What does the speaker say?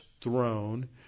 throne